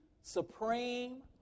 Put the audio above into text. Supreme